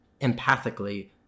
empathically